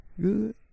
Good